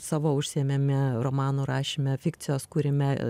savo užsiėmime romanų rašyme fikcijos kūrime